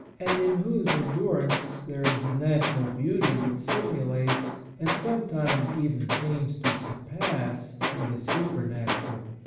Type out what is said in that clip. and in whose endurance there is a natural beauty which simulates, and some times even seems to surpass, what is super natural.